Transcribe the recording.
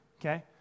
okay